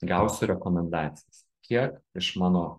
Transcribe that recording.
gausiu rekomendacijas kiek iš mano